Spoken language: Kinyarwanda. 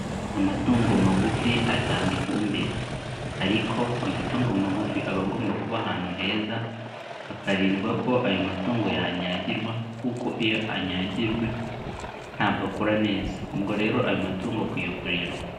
Amatungo magufi atanga ifumbire ariko amatungo magufi aba agomba kuba ahantu heza, hakarindwa ko ayo matungo yanyagirwa kuko iyo anyagirwe, ntabwo akora neza, ubwo rero ayo matungo akwiye kurindwa.